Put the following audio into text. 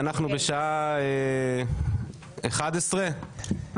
בשעה 11:00,